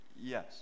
yes